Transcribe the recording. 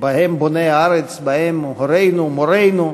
ובהם בוני הארץ, ובהם הורינו, מורינו,